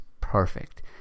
perfect